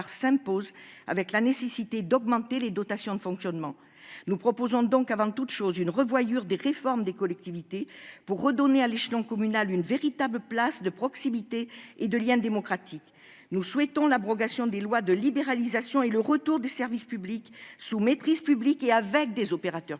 s'impose, avec l'augmentation des dotations de fonctionnement. Nous proposons donc, avant toute chose, une révision des réformes des collectivités, afin de redonner à l'échelon communal une véritable place de proximité et de lien démocratique. Nous souhaitons l'abrogation des lois de libéralisation et le retour de services publics, sous maîtrise publique et avec des opérateurs publics.